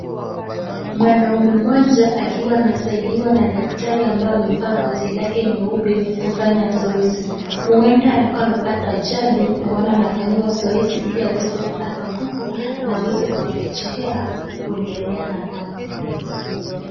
Mwanaume mmoja akiwa anasaidiwa na daktari ambaye amevaa koti lake nyeupe kufanya zoezi huenda alikuwa amepata ajali ndio maana anafanyiwa zoezi ili aweze kupata nguvu na aweze kurejelea kuendelea na kazi.